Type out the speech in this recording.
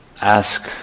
ask